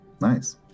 Nice